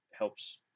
helps